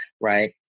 right